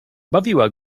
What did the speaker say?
bawiła